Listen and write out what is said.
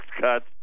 cuts